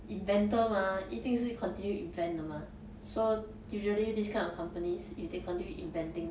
inventor mah 一定是 continue invent 的 mah so usually this kind of companies if they continue inventing